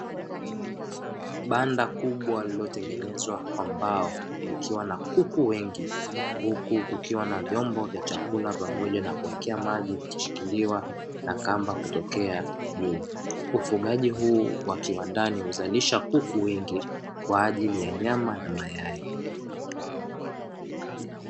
Banda kubwa lililotengenezwa kwa mbao ikiwa na kuku wengi huku kukiwa na vyombo vya chakula pamoja na kuwekea maji ikishikiliwa na kamba kutokea juu, ufugaji huu wa kiwandani huzalisha kuku wengi kwa ajili ya nyama na mayai.